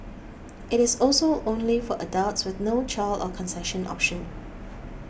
it is also only for adults with no child or concession option